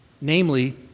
namely